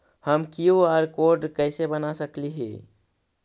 हम QR code कैसे बना सकली ही?